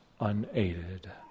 unaided